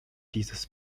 dieses